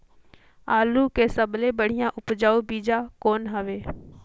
आलू के सबले बढ़िया उपजाऊ बीजा कौन हवय?